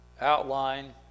outline